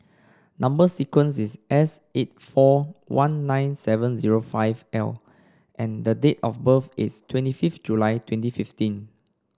number sequence is S eight four one nine seven zero five L and date of birth is twenty fifth July twenty fifteen